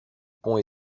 pont